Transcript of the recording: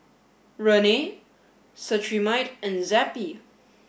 Rene Cetrimide and Zappy